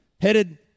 headed